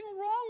wrong